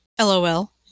LOL